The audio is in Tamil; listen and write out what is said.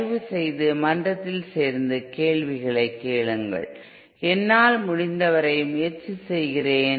தயவுசெய்து மன்றத்தில் சேர்ந்து கேள்விகளை கேளுங்கள் என்னால் முடிந்தவரை முயற்சி செய்கிறேன்